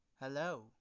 Hello